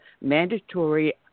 mandatory